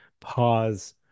pause